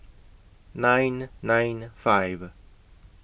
nine nine five